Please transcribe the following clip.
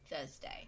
Thursday